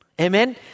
Amen